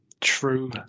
true